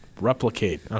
Replicate